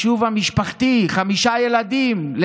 בחישוב המשפחתי, חמישה ילדים,